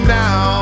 now